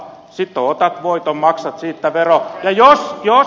sitten otat voiton maksat siitä veron ja jos